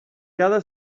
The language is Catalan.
cada